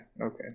okay